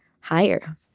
higher